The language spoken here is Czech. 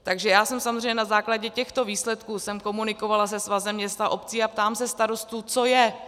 Takže já jsem samozřejmě na základě těchto výsledků komunikovala se Svazem měst a obcí a ptám se starostů: Co je?